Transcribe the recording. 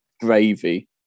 gravy